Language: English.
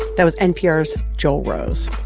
that was npr's joel rose